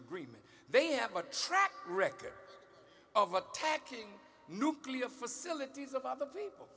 agreement they have a track record of attacking nuclear facilities of the people